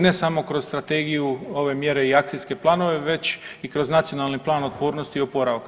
Ne samo kroz strategiju ove mjere i akcijske planove već i kroz Nacionali plan otpornosti i oporavka.